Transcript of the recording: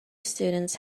students